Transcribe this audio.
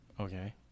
Okay